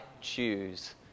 choose